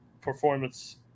performance –